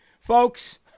Folks